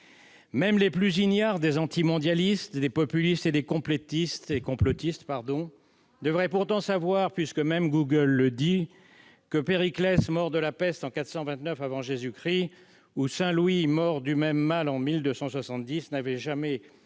Même les plus ignares des antimondialistes, des populistes et des complotistes devraient pourtant savoir, puisque même Google le dit, que Périclès, mort de la peste en 429 avant Jésus-Christ, ou Saint Louis, mort du même mal en 1270, n'avaient jamais